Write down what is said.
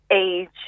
age